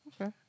Okay